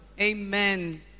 Amen